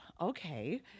okay